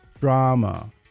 drama